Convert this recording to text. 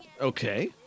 Okay